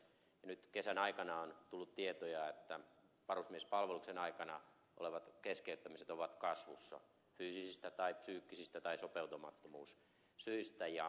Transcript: nyt kesän aikana on tullut tietoja että varusmiespalveluksen aikana olevat keskeyttämiset ovat kasvussa fyysisistä tai psyykkisistä tai sopeutumattomuussyistä